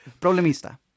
Problemista